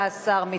19,